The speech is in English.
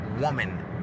woman